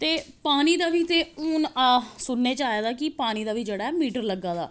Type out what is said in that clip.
ते पानी दा बी ते हून सुनने च आए दा कि पानी दा बी जेह्ड़ा मीटर लग्गा दा